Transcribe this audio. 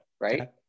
Right